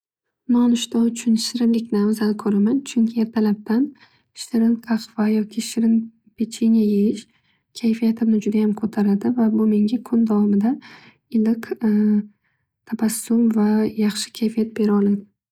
Nonushta uchun shirinlikni afzal ko'raman. Chunki ertalabdan shirin qahva yoki shirin pecheniya yeyish kayfiyatimni judayam ko'taradi va bu menga kun davomida iliq tabassum va yaxshi kayfiyat beraoladi.